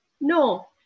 no